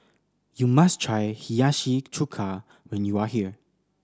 you must try Hiyashi Chuka when you are here